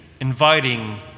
inviting